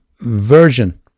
version